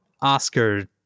Oscar